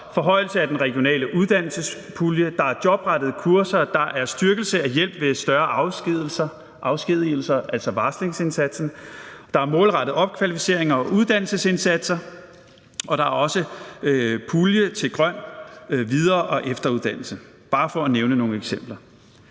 forhøjelse af den regionale uddannelsespulje, der er jobrettede kurser, der er styrkelse af hjælp ved større afskedigelser, altså varslingsindsatsen, der er målrettede opkvalificeringer og uddannelsesindsatser, og der er også en pulje til grøn videre- og efteruddannelse – bare for at nævne nogle eksempler.